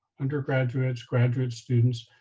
undergraduates, graduate students,